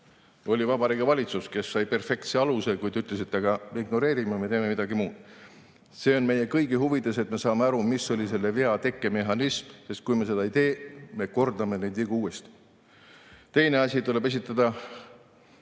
Või Vabariigi Valitsus, kes sai perfektse aluse, ütles ikka, et ignoreerime, teeme midagi muud? See on meie kõigi huvides, et me saame aru, mis oli selle vea tekkemehhanism, sest kui me seda ei tea, siis me kordame neid vigu uuesti. Teine asi, tuleb esitada